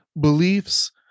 beliefs